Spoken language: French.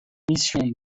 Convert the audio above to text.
mission